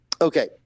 Okay